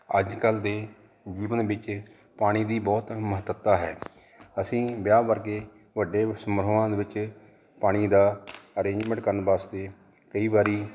ਅੱਜ ਕੱਲ ਦੇ ਜੀਵਨ ਵਿੱਚ ਪਾਣੀ ਦੀ ਬਹੁਤ ਮਹੱਤਤਾ ਹੈ ਅਸੀਂ ਵਿਆਹ ਵਰਗੇ ਵੱਡੇ ਸਮਰੋਹਾਂ ਦੇ ਵਿੱਚ ਪਾਣੀ ਦਾ ਅਰੇਂਜਮੈਂਟ ਵਾਸਤੇ ਕਈ ਵਾਰੀ